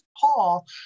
Paul